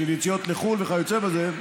של יציאות לחו"ל וכיוצא בזה,